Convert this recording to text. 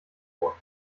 vor